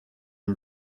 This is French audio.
une